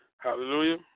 Hallelujah